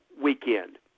weekend